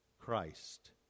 Christ